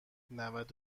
نود